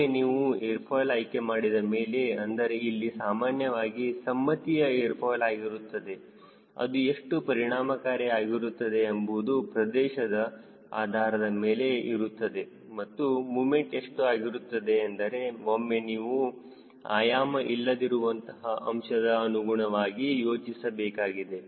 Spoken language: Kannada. ಒಮ್ಮೆ ನಾವು ಏರ್ ಫಾಯ್ಲ್ ಆಯ್ಕೆ ಮಾಡಿದ ಮೇಲೆ ಅಂದರೆ ಇಲ್ಲಿ ಸಾಮಾನ್ಯವಾಗಿ ಸಮ್ಮತಿಯ ಏರ್ ಫಾಯ್ಲ್ ಆಗಿರುತ್ತದೆ ಅದು ಎಷ್ಟು ಪರಿಣಾಮಕಾರಿ ಆಗಿರುತ್ತದೆ ಎಂಬುದು ಪ್ರದೇಶದ ಆಧಾರದ ಮೇಲೆ ಇರುತ್ತದೆ ಮತ್ತು ಮೂಮೆಂಟ್ ಎಷ್ಟು ಆಗಿರುತ್ತದೆ ಎಂದರೆ ಒಮ್ಮೆ ನೀವು ಆಯಾಮ ಇಲ್ಲದಿರುವಂತಹ ಅಂಶದ ಅನುಗುಣವಾಗಿ ಯೋಚಿಸಬೇಕಾಗಿದೆ